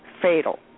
fatal